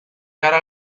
cara